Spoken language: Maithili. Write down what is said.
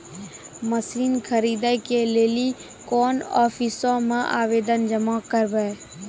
मसीन खरीदै के लेली कोन आफिसों मे आवेदन जमा करवै?